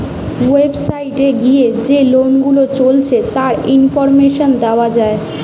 website এ গিয়ে যে লোন গুলা চলছে তার ইনফরমেশন দেখা যায়